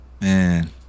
man